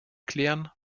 klären